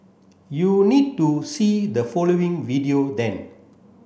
you need to see the following video then